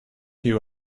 you